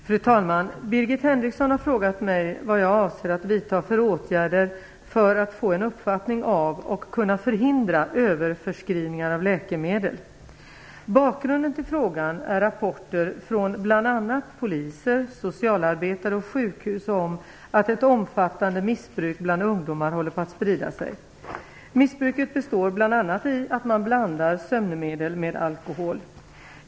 Fru talman! Birgit Henriksson har frågat mig vad jag avser att vidta för åtgärder för att få en uppfattning av och kunna förhindra överförskrivningar av läkemedel. Bakgrunden till frågan är rapporter från bl.a. poliser, socialarbetare och sjukhus om att ett omfattande missbruk bland ungdomar håller på att sprida sig. Missbruket består bl.a. i att man blandar sömnmedel med alkohol.